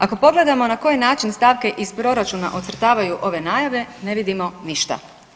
Ako pogledamo na koji način stavke iz proračuna ocrtavaju ove najave ne vidimo ništa.